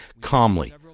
calmly